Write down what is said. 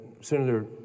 Senator